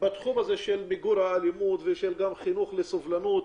בתחום של מיגור האלימות, חינוך לסבלנות,